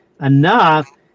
enough